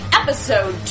episode